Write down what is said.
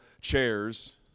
chairs